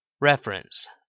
Reference